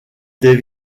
des